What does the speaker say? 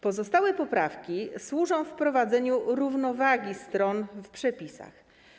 Pozostałe poprawki służą wprowadzeniu równowagi stron w przepisach.